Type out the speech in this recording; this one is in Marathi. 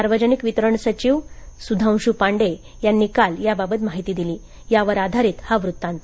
सार्वजनिक वितरण सचिव सुधांष् पांडे यांनी काल त्याबाबत माहिती दिली त्यावर आधारित हा वृत्तांत